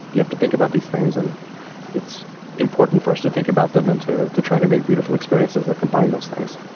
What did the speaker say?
you have to think about these things. and it's important for us to think about them and to to try to make beautiful experiences that combine those things.